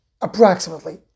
approximately